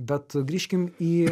bet grįžkim į